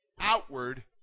outward